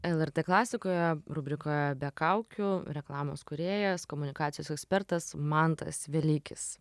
lrt klasikoje rubrikoje be kaukių reklamos kūrėjas komunikacijos ekspertas mantas velykis